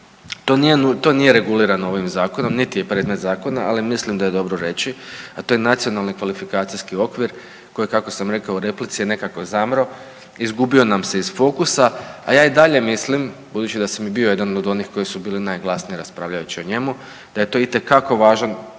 To nije regulirano ovim zakonom niti je predmet zakona, ali mislim da je dobro reći, a to je Nacionalni kvalifikacijski okvir koji kako sam rekao u replici je nekako zamro, izgubio nam se iz fokusa, a ja i dalje mislim budući da sam i bio jedan od onih koji bili najglasniji raspravljajući o njemu da je to itekako važan